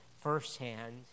firsthand